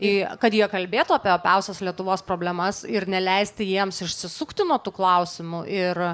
į kad jie kalbėtų apie opiausias lietuvos problemas ir neleisti jiems išsisukti nuo tų klausimų ir